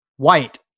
white